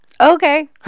Okay